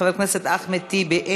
חבר הכנסת אחמד טיבי,